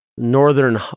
northern